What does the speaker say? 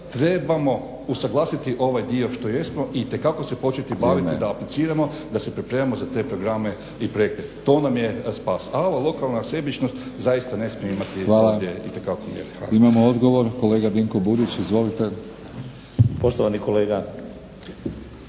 trebamo usuglasiti ovaj dio što jesmo i itekako se početi baviti da apliciramo da se pripremamo za te programe i projekte. To nam je spas, a ova lokalna sebičnost zaista ne smije imati ovdje itekako …/Govornik se ne razumije./… **Batinić,